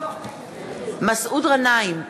מסעוד גנאים,